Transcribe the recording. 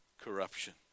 corruption